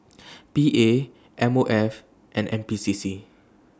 P A M O F and N P C C